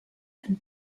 and